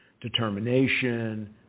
determination